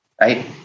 right